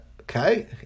Okay